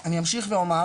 אני אמשיך ואומר